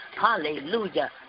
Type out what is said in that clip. Hallelujah